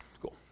cool